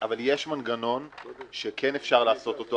לאחר מכן אני אאפשר לך אדוני.